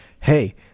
Hey